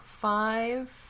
Five